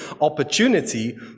opportunity